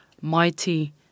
mighty